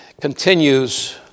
continues